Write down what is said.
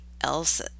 else